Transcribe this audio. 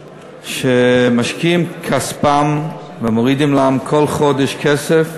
שמשקיעים כספם ומורידים להם כל חודש כסף,